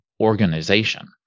organization